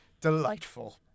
delightful